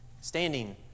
standing